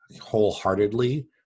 wholeheartedly